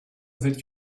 that